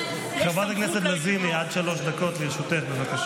חברת הכנסת לזימי, עד שלוש דקות לרשותך, בבקשה.